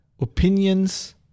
opinions